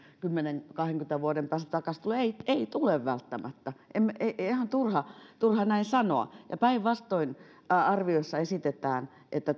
kymmenen viiva kahdenkymmenen vuoden päästä takaisin tulee ei ei tule välttämättä ihan turha turha näin sanoa ja päinvastoin arviossa esitetään että